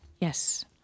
Yes